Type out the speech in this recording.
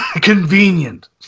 Convenient